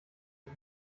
die